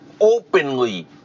openly